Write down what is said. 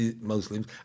Muslims